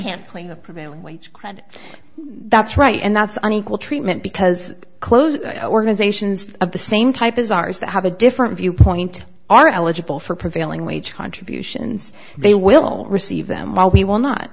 a prevailing wage that's right and that's unequal treatment because clothes organizations of the same type as ours that have a different viewpoint are eligible for prevailing wage contributions they will receive them well we will not